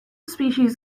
species